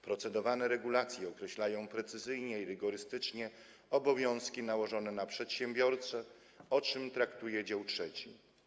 Procedowane regulacje określają precyzyjnie i rygorystycznie obowiązki nałożone na przedsiębiorcę, o czym traktuje dział III.